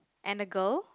and a girl